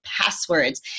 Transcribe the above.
passwords